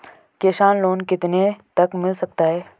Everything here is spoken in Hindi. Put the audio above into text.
किसान लोंन कितने तक मिल सकता है?